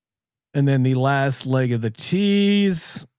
and then the last leg of the teas.